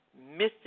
missing